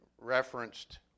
referenced